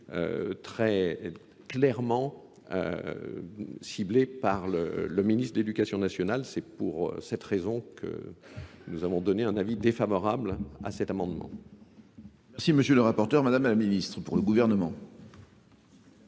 très clairement ciblé par le ministre de l'éducation nationale. C'est pour cette raison que nous avons donné un avis défavorable à cet amendement. Merci monsieur le rapporteur, madame la ministre, pour le gouvernement.